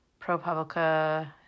ProPublica